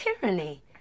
tyranny